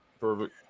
perfect